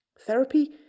Therapy